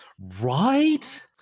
right